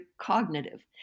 cognitive